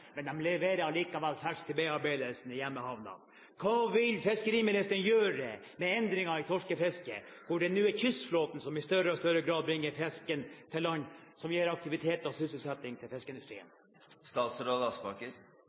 men de leverer allikevel fersk fisk til bearbeidelse i hjemmehavnen. Hva vil fiskeriministeren gjøre med endringer i torskefisket, siden det nå er kystflåten som i større og større grad bringer fisken til land og gir aktivitet og sysselsetting til